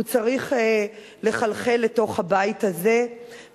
הוא צריך לחלחל לתוך הבית הזה,